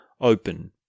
open